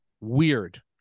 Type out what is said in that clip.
weird